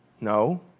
No